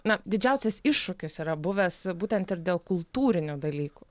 na didžiausias iššūkis yra buvęs būtent ir dėl kultūrinių dalykų